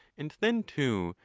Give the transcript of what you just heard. and then, too,